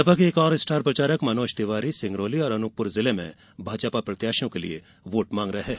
भाजपा के एक और स्टार प्रचारक मनोज तिवारी सिंगरौली और अनूपपुर जिले में भाजपा प्रत्याशियों के लिए वोट मांग रहे हैं